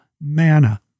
manna